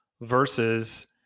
versus